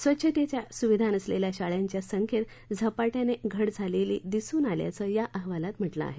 स्वच्छतेच्या सुविधा नसलेल्या शाळांच्या संख्येत झपाट्यानं घट झालेली दिसून आल्याचं या अहवालात म्हटलं आहे